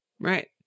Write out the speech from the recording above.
Right